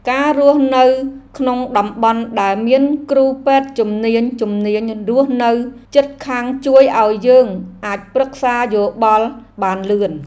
ការរស់នៅក្នុងតំបន់ដែលមានគ្រូពេទ្យជំនាញៗរស់នៅជិតខាងជួយឱ្យយើងអាចប្រឹក្សាយោបល់បានលឿន។